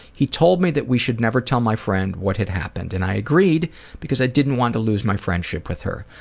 he told me that we should never tell my friend what had happened and i agreed because i didn't want to lose my friendship with her.